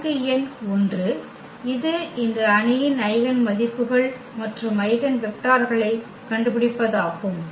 கணக்கு எண் 1 இது இந்த அணியின் ஐகென் மதிப்புகள் மற்றும் ஐகென் வெக்டர்களைக் கண்டுபிடிப்பதாகும்